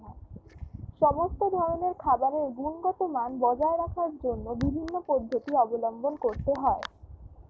সমস্ত ধরনের খাবারের গুণগত মান বজায় রাখার জন্য বিভিন্ন পদ্ধতি অবলম্বন করতে হয়